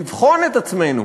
לבחון את עצמנו,